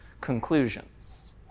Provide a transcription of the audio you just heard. conclusions